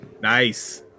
Nice